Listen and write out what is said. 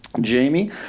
Jamie